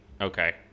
okay